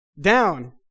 down